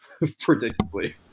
predictably